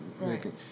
Right